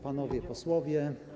Panowie Posłowie!